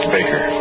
Baker